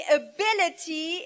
ability